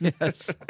Yes